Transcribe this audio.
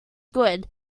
good